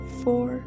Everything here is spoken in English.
four